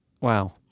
wow